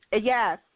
Yes